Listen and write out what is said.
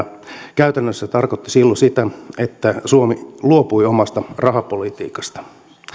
käytännössä se tarkoitti silloin sitä että suomi luopui omasta rahapolitiikastaan